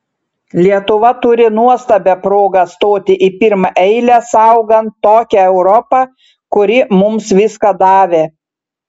lietuva turi nuostabią progą stoti į pirmą eilę saugant tokią europą kuri mums viską davė